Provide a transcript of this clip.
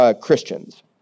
Christians